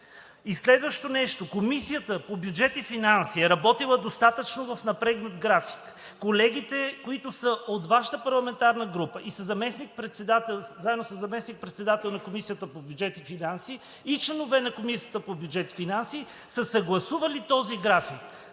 И следващото нещо – Комисията по бюджет и финанси е работила достатъчно в напрегнат график. Колегите, които са от Вашата парламентарна група, заедно със заместник-председател и членове на Комисията по бюджет и финанси, са съгласували този график!